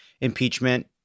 impeachment